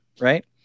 Right